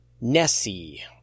Nessie